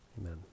amen